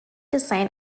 design